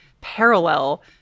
parallel